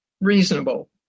reasonable